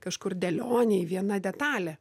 kažkur dėlionėj viena detalė